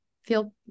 feel